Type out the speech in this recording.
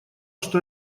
что